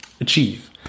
achieve